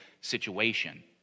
situation